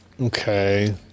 Okay